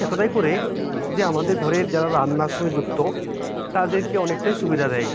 এতটাই করে যে আমাদের ঘরের যারা রান্নার সঙ্গে যুক্ত তাদেরকে অনেকটাই সুবিধা দেয়